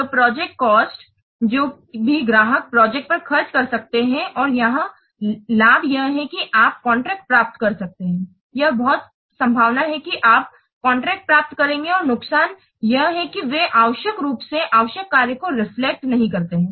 तो project cost जो भी ग्राहक प्रोजेक्ट पर खर्च कर सकते हैं और यहाँ लाभ यह है कि आप कॉन्ट्रैक्ट प्राप्त कर सकते हैं यह बहुत संभावना है कि आप कॉन्ट्रैक्ट प्राप्त करेंगे और नुकसान यह है कि वे आवश्यक रूप से आवश्यक कार्य को रिफ्लेक्ट नहीं करते हैं